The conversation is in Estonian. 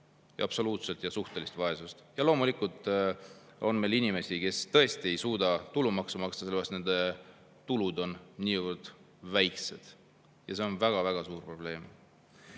absoluutset ja suhtelist vaesust, ja loomulikult on meil inimesi, kes tõesti ei suuda tulumaksu maksta, sellepärast et nende tulud on niivõrd väiksed. Ja see on väga-väga suur probleem.